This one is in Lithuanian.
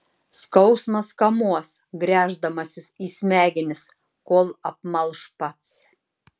skausmas kamuos gręždamasis į smegenis kol apmalš pats